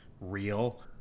real